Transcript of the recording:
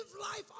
life